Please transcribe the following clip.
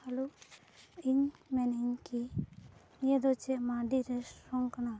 ᱤᱧ ᱢᱮᱱᱮᱫᱟᱹᱧ ᱠᱤ ᱱᱤᱭᱟᱹ ᱫᱚ ᱪᱮᱫ ᱢᱟᱹᱰᱤ ᱠᱟᱱᱟ